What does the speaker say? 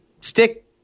stick